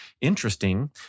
Interesting